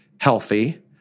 healthy